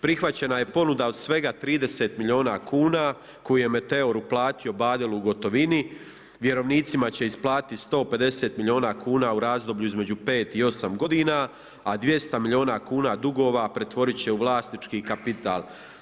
Prihvaćena je ponuda od svega 30 milijuna kuna koju je Meteor uplatio Badelu u gotovini, vjerovnicima će isplatiti 150 milijuna kuna u razdoblju između 5 i 8 godina a 200 milijuna kuna dugova pretvoriti će u vlasnički kapital.